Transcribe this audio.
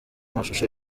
mashusho